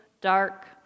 dark